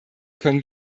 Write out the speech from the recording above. können